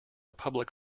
public